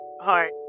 heart